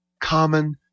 common